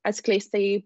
atskleista jei